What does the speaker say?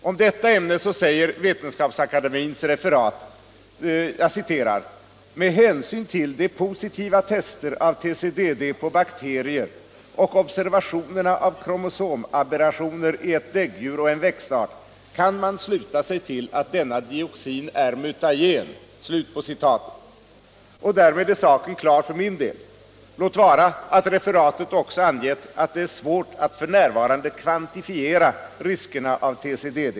Om detta ämne säger Vetenskapsakademiens referat: ”Med hänsyn till de positiva testerna av TCDD på bakterier och observationerna av kromosomaberrationer i ett däggdjur och en växtart kan man sluta sig till att denna dioxin är mutagen.” Och därmed är saken klar för min del, låt vara att referatet också angivit att det är svårt att f. n. kvantifiera riskerna av TCDD.